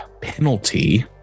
penalty